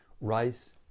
rice